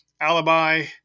Alibi